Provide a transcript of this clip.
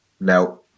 no